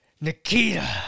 Nikita